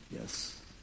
Yes